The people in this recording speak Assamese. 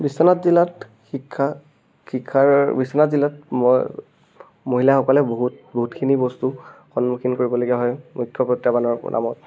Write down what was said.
বিশ্বনাথ জিলাত শিক্ষা শিক্ষাৰ বিশ্বনাথ জিলাত মই মহিলাসকলে বহুত বহুতখিনি বস্তু সন্মুখীন কৰিবলগীয়া হয় মুখ্য প্ৰত্যাহ্বানৰ নামত